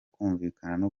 kumvikana